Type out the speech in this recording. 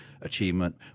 achievement